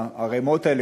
הערמות האלה,